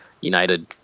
United